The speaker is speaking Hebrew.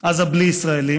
עזה בלי ישראלים,